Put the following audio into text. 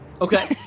Okay